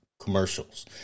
commercials